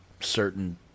certain